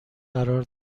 قرار